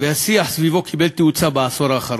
השיח סביבו קיבל תאוצה בעשור האחרון,